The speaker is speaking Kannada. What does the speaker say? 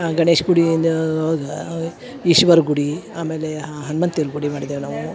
ಆ ಗಣೇಶ ಗುಡಿ ಹಿಂದೆ ಅ ಅವಗ ಅವೆ ಈಶ್ವರ ಗುಡಿ ಆಮೇಲೆ ಹನುಮಂತ ದೇವ್ರ ಗುಡಿ ಮಾಡಿದೇವು ನಾವು